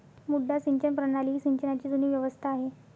मुड्डा सिंचन प्रणाली ही सिंचनाची जुनी व्यवस्था आहे